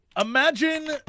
Imagine